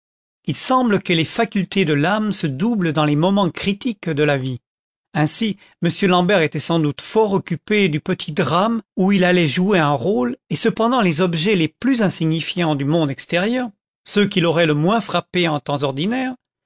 il semble que les facultés de l'âme se doublent dans les moments critiques de la vie ainsi m l'ambert était sans doute fort occupé du petit drame où il allait jouer un rôle et cependant les objets les plus insignifiants du monde extérieur ceux qui l'auraient le moins frappé en temps ordinaire